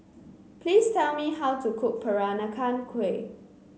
please tell me how to cook Peranakan Kueh